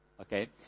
Okay